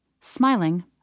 Smiling